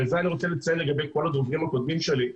וזה אני רוצה לציין לגבי כל הדוברים הקודמים שלי,